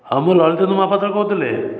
ହଁ ମୁଁ ଲଳିଟେନ୍ଦୁ ମହାପାତ୍ର କହୁଥିଲେ